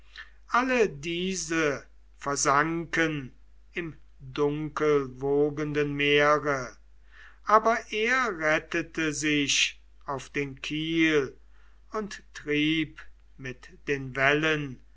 alle diese versanken im dunkelwogenden meere aber er rettete sich auf den kiel und trieb mit den wellen